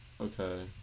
Okay